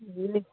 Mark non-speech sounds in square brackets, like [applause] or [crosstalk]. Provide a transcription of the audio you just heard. [unintelligible]